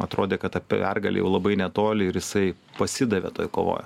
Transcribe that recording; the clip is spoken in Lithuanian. atrodė kad ta pergalę jau labai netoli ir jisai pasidavė toj kovoj